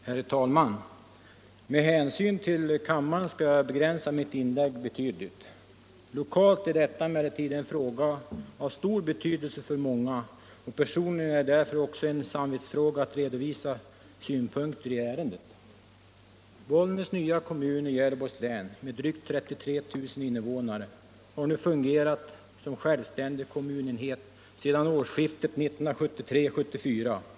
Herr talman! Med hänsyn till kammaren skall jag begränsa mitt inlägg betydligt. Lokalt är detta emellertid en fråga av stor betydelse för många, och för mig personligen är det därför också en samvetssak att redovisa synpunkter på ärendet. Bollnäs nya kommun i Gävleborgs län, med drygt 33 000 invånare, har nu fungerat som självständig kommunenhet sedan årsskiftet 1973 1974.